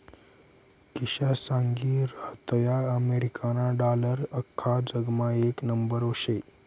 किशा सांगी रहायंता अमेरिकाना डालर आख्खा जगमा येक नंबरवर शे